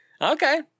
okay